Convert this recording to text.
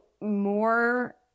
more